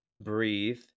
breathe